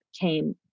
came